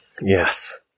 Yes